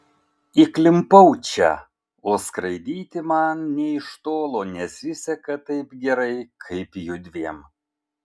įklimpau čia o skraidyti man nė iš tolo nesiseka taip gerai kaip judviem